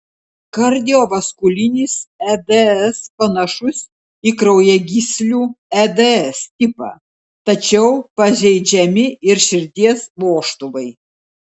kardiovaskulinis eds panašus į kraujagyslių eds tipą tačiau pažeidžiami ir širdies vožtuvai